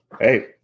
hey